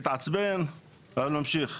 מתעצבן וממשיך.